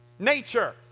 Nature